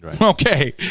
Okay